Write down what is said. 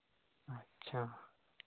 अच्छा